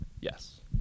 Yes